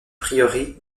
prieuré